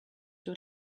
will